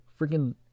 Freaking